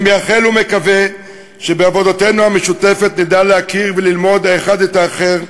אני מייחל ומקווה שבעבודתנו המשותפת נדע להכיר וללמוד האחד את האחר,